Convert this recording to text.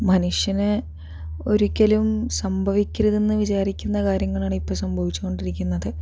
മനുഷ്യന് ഒരിക്കലും സംഭവിക്കരുത് എന്ന് വിചാരിക്കുന്ന കാര്യങ്ങളാണ് ഇപ്പോൾ സംഭവിച്ച് കൊണ്ടിരിക്കുന്നത്